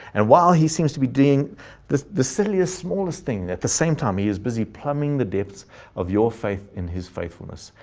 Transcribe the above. and while he seems to be doing the the silliest, smallest thing, at the same time, he is busy plumbing the depths of your faith in his faithfulness,